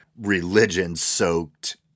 religion-soaked